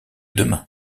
demain